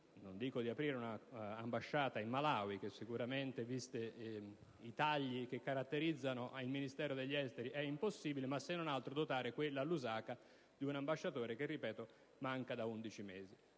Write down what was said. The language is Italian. non dico di aprire una ambasciata in Malawi, fatto che sicuramente, visti i tagli che caratterizzano il Ministero degli affari esteri, è impossibile, ma se non altro dotare quella di Lusaka di un ambasciatore che - ripeto - manca da 11 mesi.